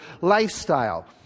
lifestyle